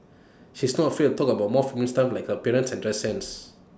she is not afraid to talk about more feminine stuff like her appearance and dress sense